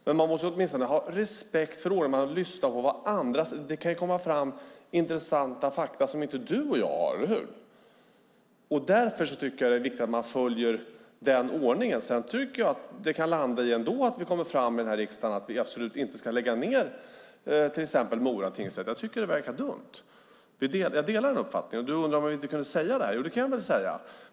Men man måste åtminstone ha respekt för och lyssna på andra. Det kan ju komma fram intressanta fakta som inte du och jag har, eller hur? Därför tycker jag att det är viktigt att man följer den ordningen. Sedan kan det ändå landa i att vi i den här riksdagen kommer fram till att vi absolut inte ska lägga ned till exempel Mora tingsrätt. Det verkar dumt. Jag delar den uppfattningen. Du undrade om jag inte kunde säga det, och det kan jag väl göra.